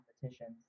competitions